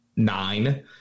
Nine